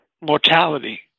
mortality